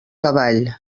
cavall